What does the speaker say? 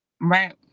Right